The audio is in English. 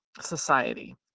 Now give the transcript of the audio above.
society